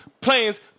planes